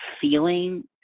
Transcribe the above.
feeling